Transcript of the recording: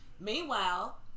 Meanwhile